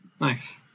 nice